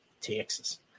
Texas